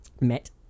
met